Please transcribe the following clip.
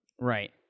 Right